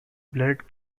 blood